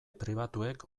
pribatuek